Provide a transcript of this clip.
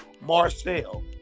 Marcel